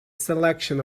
selection